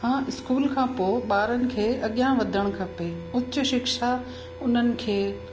हा स्कूल खां पो ॿारनि खे अॻियां वधणु खपे उच्च शिक्षा उन्हमि खे